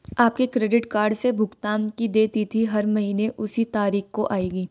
आपके credit card से भुगतान की देय तिथि हर महीने उसी तारीख को आएगी